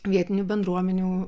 vietinių bendruomenių